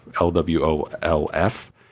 L-W-O-L-F